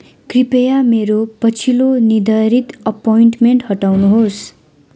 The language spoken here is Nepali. कृपया मेरो पछिल्लो निर्धारित अपोइन्टमेन्ट हटाउनुहोस्